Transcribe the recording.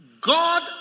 God